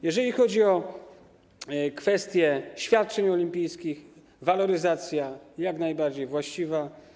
Jeżeli chodzi o kwestię świadczeń olimpijskich, to waloryzacja jest jak najbardziej właściwa.